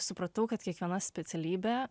supratau kad kiekviena specialybė